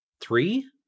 three